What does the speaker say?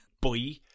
Boy